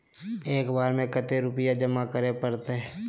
एक बार में कते रुपया जमा करे परते?